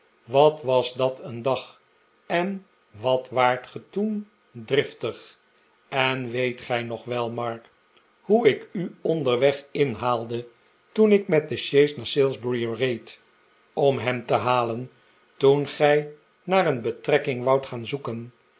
wat was dat een dag en wat waart ge toen driftig en weet gij nog wel mark hoe ik u onderweg inhaalde toen ik met de sjees naar salisbury reed om hem te halen toen gij naar een betrekking woudt gaan zoeken